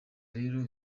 rero